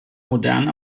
modern